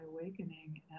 awakening